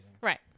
Right